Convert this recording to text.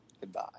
Goodbye